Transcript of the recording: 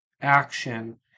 action